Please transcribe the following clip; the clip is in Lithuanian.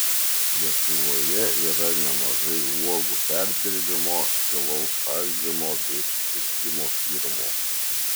lietuvoje yra nemažai uogų perdirbimo gilaus šaldymo bei supirkimo firmų